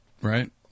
right